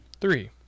Three